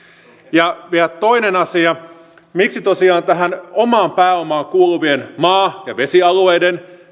ja vielä toinen asia miksi tosiaan tähän omaan pääomaan kuuluvat maa ja vesialueet